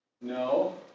No